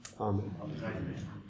Amen